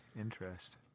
interest